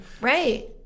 Right